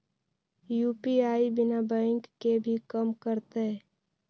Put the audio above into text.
UPI बिना bank के भी कम करतै?